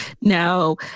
Now